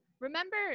Remember